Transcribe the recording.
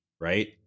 Right